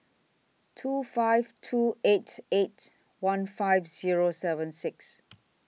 two five two eight eight one five Zero seven six